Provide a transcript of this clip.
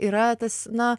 yra tas na